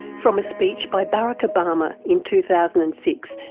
from a speech by barack obama in two thousand and six,